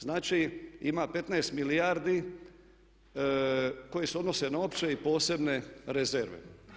Znači ima 15 milijardi koje se odnose na opće i posebne rezerve.